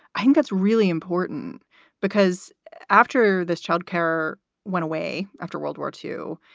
i think that's really important because after this child care went away after world war two,